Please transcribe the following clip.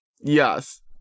yes